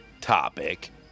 Topic